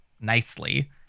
nicely